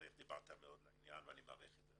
דברת מאוד לעניין ואני מאוד מעריך את זה,